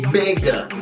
bigger